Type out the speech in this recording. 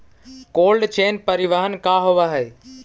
Cold chain परिवहन का होव हइ?